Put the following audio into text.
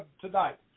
tonight